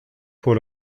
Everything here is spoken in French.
pour